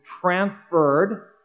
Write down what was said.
transferred